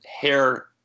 hair